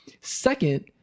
Second